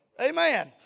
Amen